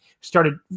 started